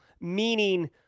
Meaning